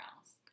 else